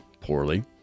poorly